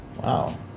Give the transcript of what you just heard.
Wow